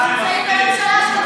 אנחנו נמצאים בממשלה של נוכל, הציבור.